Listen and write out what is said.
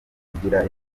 kugira